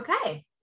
Okay